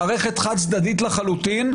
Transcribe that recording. מערכת חד-צדדית לחלוטין,